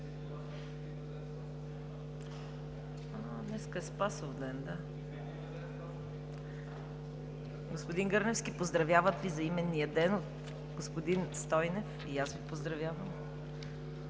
Днес е Спасовден, да. Господин Гърневски, поздравяват Ви за имения ден – господин Стойнев. И аз Ви поздравявам.